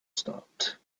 stopped